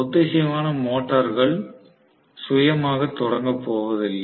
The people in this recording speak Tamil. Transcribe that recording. ஒத்திசைவான மோட்டார்கள் சுயமாக தொடங்கப் போவதில்லை